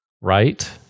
Right